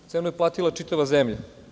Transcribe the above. Cenu je platila čitava zemlja.